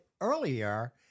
earlier